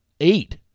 eight